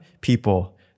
people